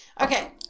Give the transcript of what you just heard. Okay